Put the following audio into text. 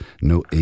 No